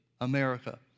America